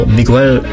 Miguel